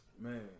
Man